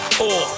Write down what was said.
four